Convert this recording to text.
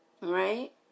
Right